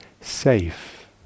safe